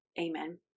amen